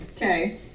Okay